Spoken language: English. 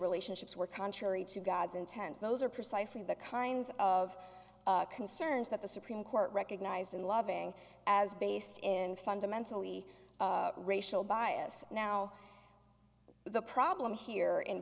relationships were contrary to god's intent those are precisely the kinds of concerns that the supreme court recognized in loving as based in fundamentally racial bias now the problem here in